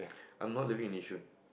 I'm not living in Yishun